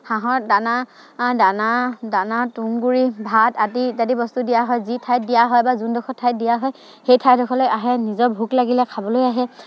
হাঁহৰ দানা দানা দানা তুঁহ গুৰি ভাত আদি ইত্যাদি বস্তু দিয়া হয় যি ঠাইত দিয়া হয় বা যোনডোখৰ ঠাইত দিয়া হয় সেই ঠাইডোখৰলৈ আহে নিজৰ ভোক লাগিলে খাবলৈ আহে